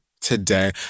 today